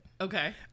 Okay